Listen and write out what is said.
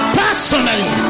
personally